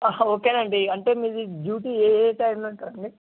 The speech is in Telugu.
ఓకే అండి అంటే మీది డ్యూటీ ఏ ఏ టైమ్లో ఉంటుంది అండి